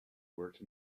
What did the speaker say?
worked